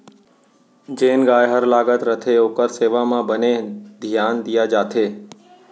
जेन गाय हर लागत रथे ओकर सेवा म बने धियान दिये जाथे